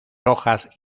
hojas